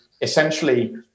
essentially